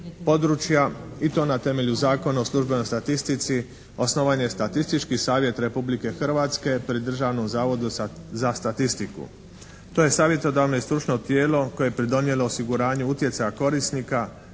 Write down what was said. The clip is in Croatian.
područja i to na temelju Zakona o službenoj statistici osnovan je Statistički savjet Republike Hrvatske pri Državnom zavodu za statistiku. To je savjetodavno i stručno tijelo koje je pridonijelo osiguranju utjecaja korisnika